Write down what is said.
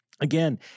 again